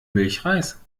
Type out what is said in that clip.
milchreis